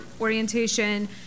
orientation